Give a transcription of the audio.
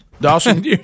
Dawson